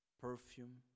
perfume